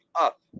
up